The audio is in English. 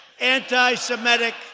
anti-Semitic